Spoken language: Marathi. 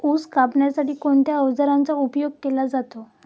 ऊस कापण्यासाठी कोणत्या अवजारांचा उपयोग केला जातो?